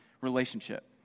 relationship